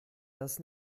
das